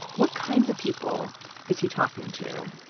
what kinds of people is he talking to?